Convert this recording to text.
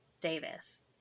Davis